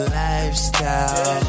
lifestyle